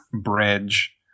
bridge